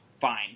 fine